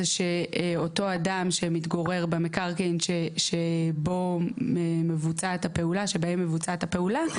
היא שאותו אדם שמתגורר במקרקעין שבהם מבוצעת הפעולה,